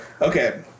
Okay